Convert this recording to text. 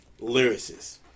lyricists